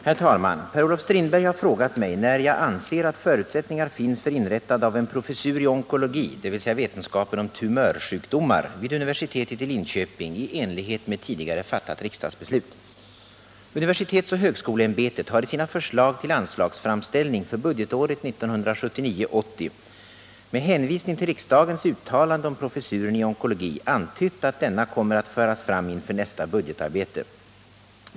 Herr talman! Per-Olof Strindberg har frågat mig när jag anser att förutsättningar finns för inrättande av en professur i onkologi, dvs. vetenskapen om tumörsjukdomar, vid universitetet i Linköping i enlighet med tidigare fattat riksdagsbeslut. Universitetsoch högskoleämbetet, UHÄ, har i sina förslag till anslagsframställning för budgetåret 1979/80 med hänvisning till riksdagens uttalande om professuren i onkologi antytt att denna kommer att föras fram inför nästa budgetarbete.